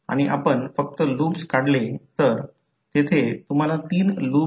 तर तो पकडतो आणि या करंटच्या दिशेने कॉइलला पकडले जाते आणि हे करंट आणि अंगठ्याच्या दिशेने फ्लक्सची दिशा दर्शवते